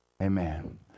Amen